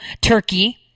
Turkey